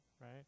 right